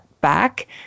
back